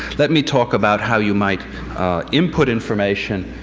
let me talk about how you might input information.